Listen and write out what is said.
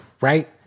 Right